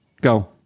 Go